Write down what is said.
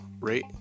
rate